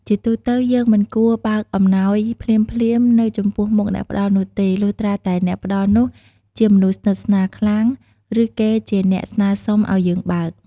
ជាទូទៅ យើង មិនគួរបើកអំណោយភ្លាមៗ នៅចំពោះមុខអ្នកផ្ដល់នោះទេ លុះត្រាតែអ្នកផ្ដល់នោះជាមនុស្សស្និទ្ធស្នាលខ្លាំង ឬគេជាអ្នកស្នើសុំឲ្យយើងបើក។